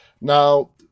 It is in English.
Now